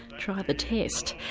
try the test,